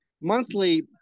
monthly